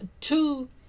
Two